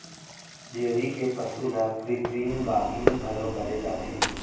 dairy के पसु ल कृत्रिम गाभिन घलौ करे जाथे